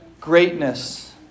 greatness